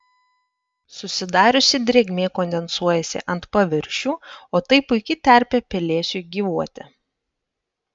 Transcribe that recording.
susidariusi drėgmė kondensuojasi ant paviršių o tai puiki terpė pelėsiui gyvuoti